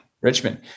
Richmond